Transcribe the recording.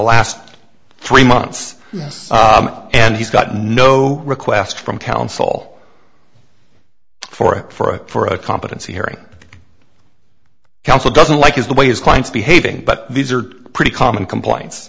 last three months yes and he's got no request from counsel for it for a competency hearing counsel doesn't like is the way his clients behaving but these are pretty common complaints